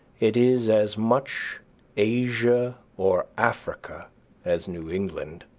it is as much asia or africa as new england.